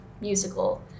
musical